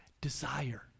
desire